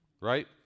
right